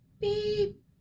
beep